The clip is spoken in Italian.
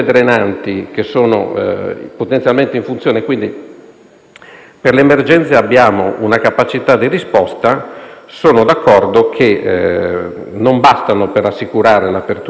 per le emergenze abbiamo una capacità di risposta. Sono d'accordo che non bastano per assicurare l'apertura del sito, conseguentemente sono allo studio progetti di fattibilità